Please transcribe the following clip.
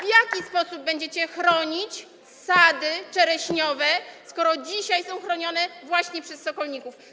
W jaki sposób będziecie chronić sady czereśniowe, skoro dzisiaj są chronione właśnie przez sokolników?